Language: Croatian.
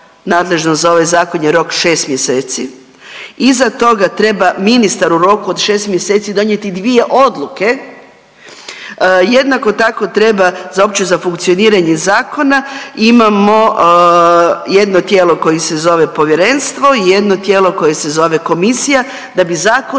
nadležno za ovaj zakon je rok 6 mjeseci. Iza toga treba ministar u roku od 6 mjeseci donijeti 2 odluke. Jednako tako treba opće za funkcioniranje zakona imamo jedno tijelo koje se zove povjerenstvo i jedno tijelo koje se zove komisija da bi zakon